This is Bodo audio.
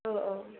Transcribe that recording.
औ औ